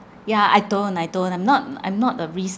yeah I don't I don't I'm not I'm not a risk